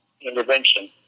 intervention